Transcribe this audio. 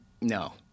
No